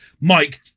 Mike